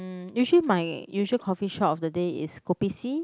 um usually my usual coffeeshop of the day is Kopi-C